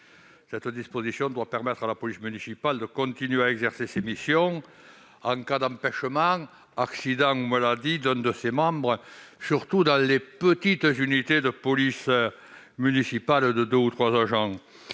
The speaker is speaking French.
Cette disposition doit permettre à la police municipale de continuer à exercer ses missions en cas d'empêchement, accident ou maladie d'un de ses membres, surtout dans les petites unités de police municipale de deux ou trois agents.